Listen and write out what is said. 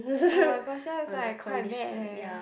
oh my question is like quite dare